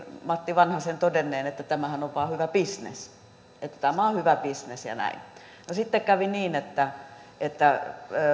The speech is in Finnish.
matti vanhasen todenneen että tämähän on vain hyvä bisnes tämä on hyvä bisnes ja näin no sitten kävi niin että että